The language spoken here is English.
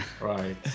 Right